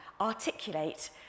articulate